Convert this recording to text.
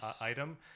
item